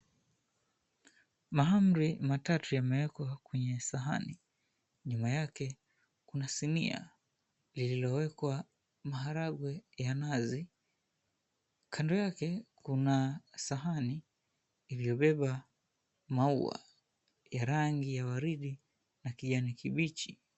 Mahamri matatu yamewekwa kwenye sahani, nyuma yake kuna sinia lililowekwa maharagwe ya nazi, kando yake kuna sahani iliyobeba maua ya rangi ya waridi na kijani kibichi.